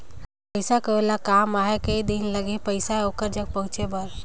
पइसा कर ओला काम आहे कये दिन लगही पइसा ओकर जग पहुंचे बर?